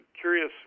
curious